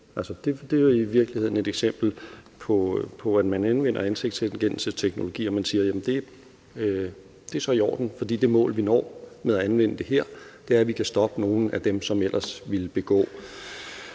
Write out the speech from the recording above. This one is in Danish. Det er i virkeligheden et eksempel på, at man anvender ansigtsgenkendelsesteknologi og siger, at det så er i orden, fordi det mål, vi når med at anvende det her, er, at vi kan stoppe nogle af dem, som ellers ville begå